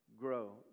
grow